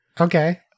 Okay